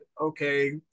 okay